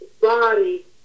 body